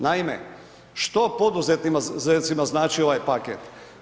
Naime, što poduzetnicima znači ovaj paket?